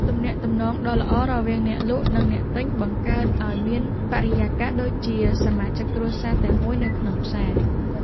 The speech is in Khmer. ទំនាក់ទំនងដ៏ល្អរវាងអ្នកលក់ និងអ្នកទិញបង្កើតឱ្យមានបរិយាកាសដូចជាសមាជិកគ្រួសារតែមួយនៅក្នុងផ្សារ។